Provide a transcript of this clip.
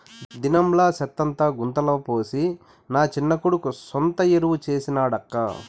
దినంలా సెత్తంతా గుంతల పోసి నా చిన్న కొడుకు సొంత ఎరువు చేసి నాడక్కా